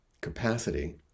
capacity